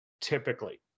typically